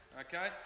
Okay